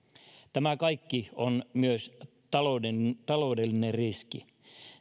tämä kaikki on myös taloudellinen riski